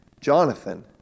Jonathan